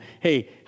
hey